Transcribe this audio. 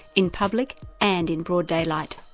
in public and in broad daylight.